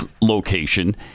location